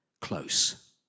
close